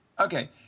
Okay